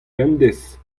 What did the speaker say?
bemdez